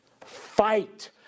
Fight